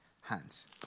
hands